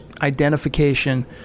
identification